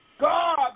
God